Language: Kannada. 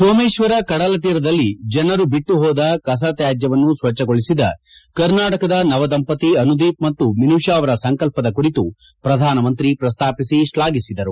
ಸೋಮೇಶ್ವರ ಕಡಲತೀರದಲ್ಲಿ ಜನರು ಬಿಟ್ಟು ಹೋದ ಕಸ ತ್ಯಾಜ್ಯವನ್ನು ಸ್ವಜ್ಞಗೊಳಿಸಿದ ಕರ್ನಾಟಕದ ನವ ದಂಪತಿ ಅನುದೀಪ್ ಮತ್ತು ಮಿನುಷ ಅವರ ಸಂಕಲ್ಪದ ಕುರಿತು ಪ್ರಧಾನಮಂತ್ರಿ ಪ್ರಸ್ತಾಪಿಸಿ ಶ್ಲಾಘಿಸಿದರು